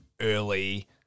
early